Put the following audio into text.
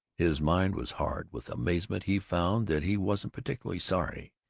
his mind was hard. with amazement he found that he wasn't particularly sorry.